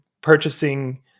purchasing